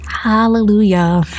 hallelujah